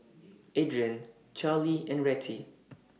Adrianne Charley and Rettie